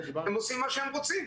הם עושים מה שהם רוצים.